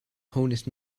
honest